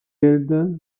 elda